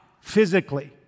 physically